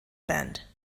band